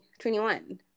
21